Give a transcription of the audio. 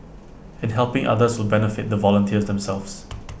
and helping others will benefit the volunteers themselves